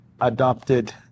adopted